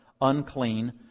unclean